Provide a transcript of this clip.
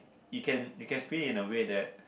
you can you can split it in a way that